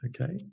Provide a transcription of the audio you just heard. okay